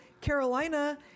carolina